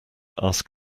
ask